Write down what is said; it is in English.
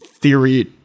theory